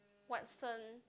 Watson